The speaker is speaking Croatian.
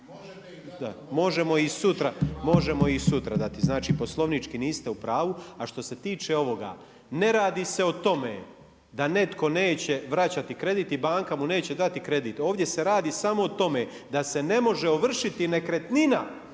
Možemo i sutra dati, znači poslovnički niste u pravu. A što se tiče ovoga, ne radi se o tome da netko neće vraćati kredit i banka mu neće dati kredit, ovdje se radi samo o tome da se ne može ovršiti nekretnina